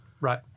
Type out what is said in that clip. Right